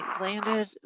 landed